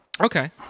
Okay